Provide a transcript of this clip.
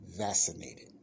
vaccinated